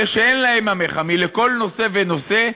אלה שאין להם "עמך עמי", לכל נושא ונושא,